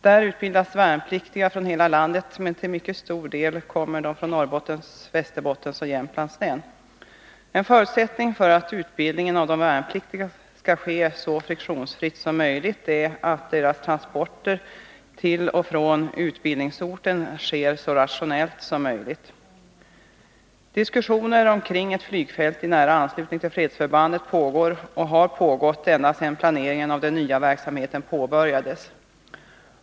Där utbildas värnpliktiga från hela landet, men till mycket stor del kommer de från Norrbottens län, Västerbottens län och Jämtlands län. En förutsättning för att utbildningen av de värnpliktiga skall ske friktionsfritt är att deras transporter till och från utbildningsorten sker så rationellt som möjligt. Diskussioner om ett flygfält i nära anslutning till fredsförbandet pågår och har pågått ända sedan planeringen av den nya verksamheten påbörjades.